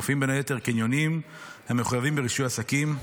מופיעים בין היתר קניונים המחויבים ברישוי עסקים,